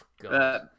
God